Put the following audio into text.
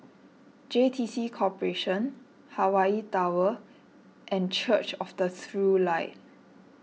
J T C Corporation Hawaii Tower and Church of the True Light